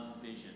vision